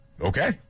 Okay